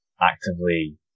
actively